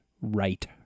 Right